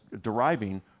deriving